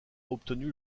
obtenu